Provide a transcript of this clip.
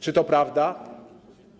Czy to prawda?